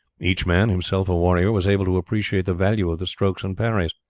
each man, himself a warrior, was able to appreciate the value of the strokes and parries.